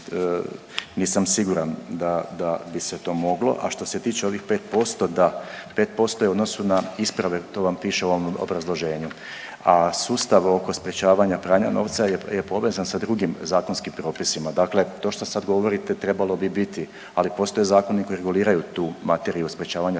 nisam siguran da, da bi se to moglo. A što se tiče ovih 5% da, 5% je u odnosu na isprave, to vam piše u ovom obrazloženju, a sustav oko sprječavanja pranja novca je prije povezan sa drugim zakonskim propisima, dakle to što sad govorite trebalo bi biti, ali postoje zakoni koji reguliraju tu materiju sprječavanja